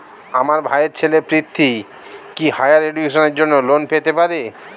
আমার ভাইয়ের ছেলে পৃথ্বী, কি হাইয়ার এডুকেশনের জন্য লোন পেতে পারে?